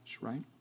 right